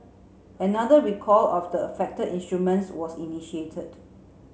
another recall of the affected instruments was initiated